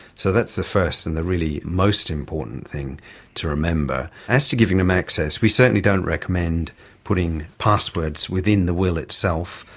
so that's the first and the really most important thing to remember. as to giving them access, we certainly don't recommend putting passwords within the will itself,